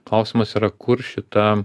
klausimas yra kur šita